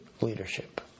leadership